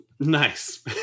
Nice